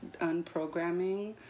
unprogramming